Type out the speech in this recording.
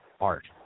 art